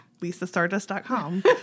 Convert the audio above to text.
LisaStardust.com